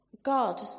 God